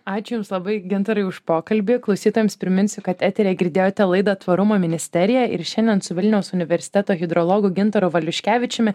ačiū jums labai gintarai už pokalbį klausytojams priminsiu kad eteryje girdėjote laidą tvarumo ministerija ir šiandien su vilniaus universiteto hidrologu gintaru valiuškevičiumi